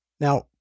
Now